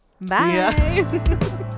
Bye